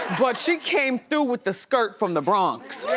but she came through with the skirt from the bronx.